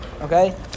Okay